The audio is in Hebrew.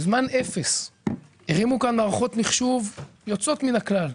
בזמן אפס הרימו כאן מערכות מחשוב יוצאות מן הכלל.